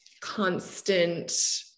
constant